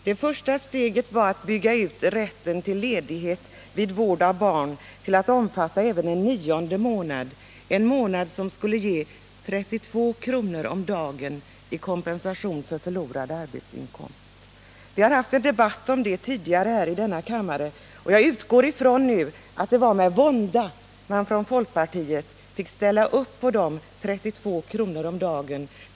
Det första steget var att bygga ut rätten till ledighet vid vård av barn till att omfatta även en nionde månad, en månad som skulle ge 32 kr. om dagen i kompensation för förlorad arbetsinkomst. Vi har haft en debatt om detta tidigare här i kammaren, och jag utgår ifrån att det var med vånda som folkpartiet fick ställa upp på dessa 32 kr. om dagen.